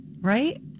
right